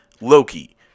Loki